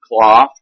cloth